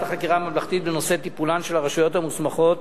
החקירה הממלכתית בנושא טיפולן של הרשויות המוסמכות